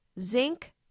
zinc